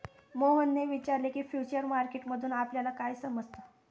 मोहनने विचारले की, फ्युचर मार्केट मधून आपल्याला काय समजतं?